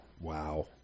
Wow